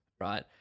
right